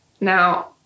Now